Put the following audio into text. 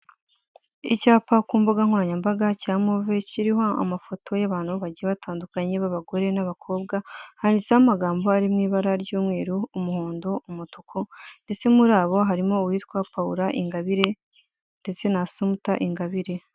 Icyapa cyo ku mbuga nkoranyambaga cya move, kiriho amafoto y'abantu batandukanye n'abagore n'abakobwa. Handitseho amagambo ari mu ibara ry'umweru, umuhondo, umutuku. Ndetse muri abo harimo uwitwa Pawula Ingabire na Asumuta Ingabire.